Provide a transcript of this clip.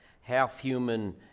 half-human